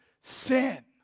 sin